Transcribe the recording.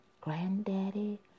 Granddaddy